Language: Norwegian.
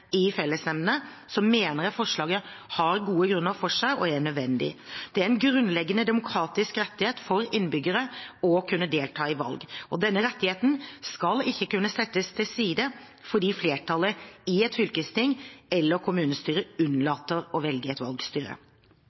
i fellesnemndene, mener jeg forslaget har gode grunner for seg, og er nødvendig. Det er en grunnleggende demokratisk rettighet for innbyggere å kunne delta i valg. Denne rettigheten skal ikke kunne settes til side fordi flertallet i et fylkesting eller i et kommunestyre unnlater å velge et valgstyre.